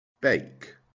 bake